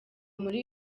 muri